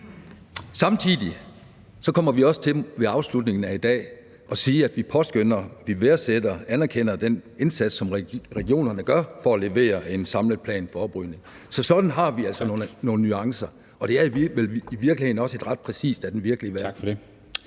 Samtidig kommer vi også afslutningsvis i dag til at sige, at vi påskønner, værdsætter og anerkender den indsats, som regionerne gør, for at levere en samlet plan for oprydning. Så sådan er der altså nogle nuancer, og det er i virkeligheden også et ret præcist billede af den virkelige verden.